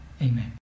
Amen